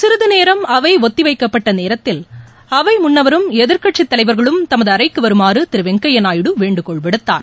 சிறிது நேரம் அவை ஒத்திவைக்கப்பட்ட நேரத்தில் அவை முன்னவரும் எதிர்க்கட்சித் தலைவர்களும் தமது அறைக்கு வருமாறு திரு வெங்கைய்யா நாயுடு வேண்டுகோள் விடுத்தார்